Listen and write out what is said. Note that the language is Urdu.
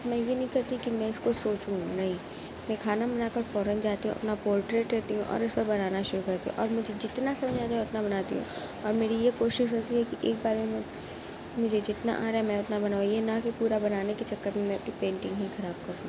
میں یہ نہیں کرتی کہ میں اس کو سوچوں نہیں میں کھانا بنا کر فوراً جاتی ہوں اپنا پورٹریٹ لیتی ہوں اور اس پر بنانا شروع کرتی ہوں اور مجھے جتنا سمجھ میں آتا ہے اتنا بناتی ہوں اور میری یہ کوشش رہتی ہے کہ ایک بارے میں مجھے جتنا آ رہا ہے میں اتنا بناؤں یہ نہ کہ پورا بنانے کی چکر میں پینٹنگ ہی خراب کر دوں